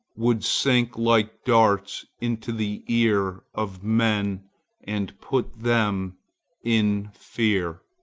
would sink like darts into the ear of men and put them in fear.